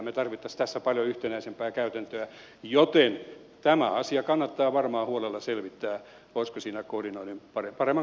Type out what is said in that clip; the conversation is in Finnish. me tarvitsisimme tässä paljon yhtenäisempää käytäntöä joten tämä asia kannattaa varmaan huolella selvittää olisiko siinä paremman koordinoinnin tarvetta